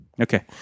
Okay